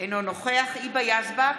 אינו נוכח היבה יזבק,